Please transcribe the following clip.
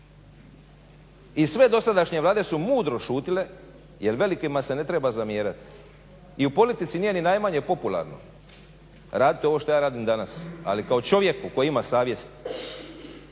I sve dosadašnje Vlade su mudro šutile jer velikima se ne treba zamjerati i u politici nije ni najmanje popularno raditi ovo što ja radim danas ali čovjeku koji ima savjest